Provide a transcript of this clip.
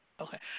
Okay